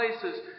places